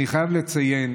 אני חייב לציין,